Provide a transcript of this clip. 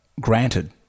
granted